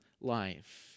life